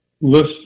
list